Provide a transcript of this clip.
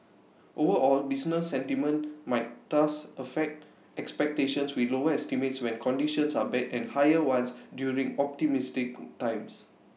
overall business sentiment might thus affect expectations with lower estimates when conditions are bad and higher ones during optimistic times